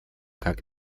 как